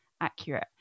accurate